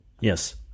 Yes